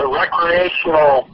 recreational